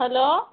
hello